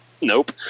Nope